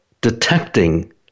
detecting